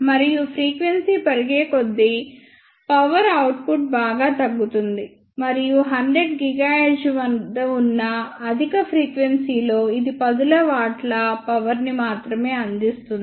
మరియు ఫ్రీక్వెన్సీ పెరిగే కొద్దీ పవర్ అవుట్పుట్ బాగా తగ్గుతుంది మరియు 100 GHz వద్ద ఉన్న అధిక ఫ్రీక్వెన్సీ లో ఇది పదుల వాట్ల పవర్ ని మాత్రమే అందిస్తుంది